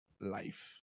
life